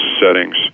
settings